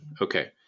Okay